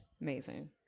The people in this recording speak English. Amazing